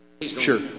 Sure